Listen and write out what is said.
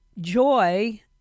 joy